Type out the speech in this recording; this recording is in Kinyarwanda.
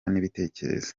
n’ibitekerezo